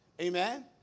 Amen